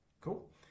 cool